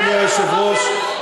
אדוני היושב-ראש,